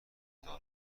مسدود